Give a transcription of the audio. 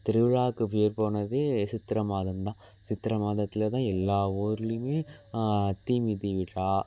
திருவிழாவுக்குப் பேர் போனது சித்திரை மாதம் தான் சித்திரை மாதத்தில் தான் எல்லா ஊர்லேயுமே தீ மிதி விழா